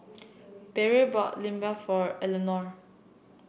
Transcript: Perry bought Limbap for Eleanore